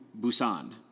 Busan